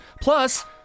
Plus